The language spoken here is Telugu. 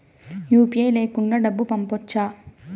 యు.పి.ఐ లేకుండా డబ్బు పంపొచ్చా